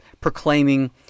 proclaiming